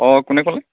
অঁ কোনে ক'লে